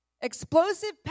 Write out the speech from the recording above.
Explosive